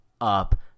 up